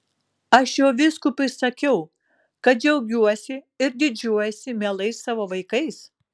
aš jau vyskupui sakiau kad džiaugiuosi ir didžiuojuosi mielais savo vaikais